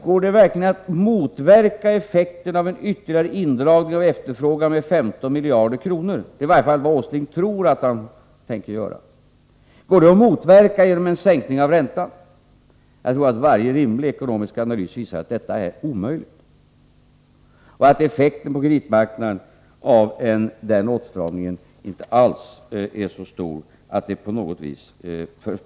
Går det verkligen att motverka effekterna av en ytterligare indragning av efterfrågan med 15 miljarder kronor — det är vad Nils Åsling tror att han skall göra — genom en sänkning av räntan? Varje rimlig ekonomisk analys torde visa att detta är omöjligt och att fördelarna för kreditmarknaden av en sådan åtstramning inte alls är så stora.